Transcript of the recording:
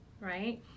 right